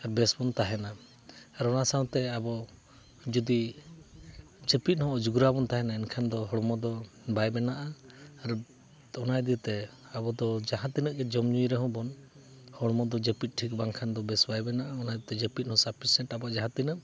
ᱟᱨ ᱵᱮᱥ ᱵᱚᱱ ᱛᱟᱦᱮᱱᱟ ᱟᱨ ᱚᱱᱟ ᱥᱟᱶᱛᱮ ᱟᱵᱚ ᱡᱩᱫᱤ ᱡᱟᱹᱯᱤᱫ ᱦᱚᱸ ᱵᱚᱱ ᱛᱟᱦᱮᱸ ᱞᱮᱱᱠᱷᱟᱱ ᱮᱱᱠᱷᱟᱱ ᱦᱚᱲᱢᱚ ᱫᱚ ᱵᱟᱭ ᱵᱮᱱᱟᱜᱼᱟ ᱛᱚ ᱚᱱᱟ ᱤᱫᱤ ᱛᱮ ᱟᱵᱚ ᱫᱚ ᱡᱟᱦᱟᱸ ᱛᱤᱱᱟᱹᱜ ᱜᱮ ᱡᱚᱢᱼᱧᱩᱭ ᱨᱮᱦᱚᱸᱭ ᱵᱚᱱ ᱦᱚᱲᱢᱚ ᱫᱚ ᱡᱟᱹᱯᱤᱫ ᱴᱷᱤᱠ ᱵᱟᱝᱠᱷᱟᱱ ᱵᱮᱥ ᱵᱟᱭ ᱵᱮᱱᱟᱜᱼᱟ ᱚᱱᱟ ᱠᱷᱟᱹᱛᱤᱨ ᱡᱟᱹᱯᱤᱫ ᱦᱚᱸ ᱥᱟᱹᱯᱤᱥᱮᱱᱴ ᱟᱵᱚ ᱡᱟᱦᱟᱸ ᱛᱤᱱᱟᱹᱜ